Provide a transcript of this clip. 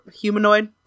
humanoid